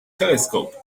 telescope